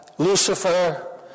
Lucifer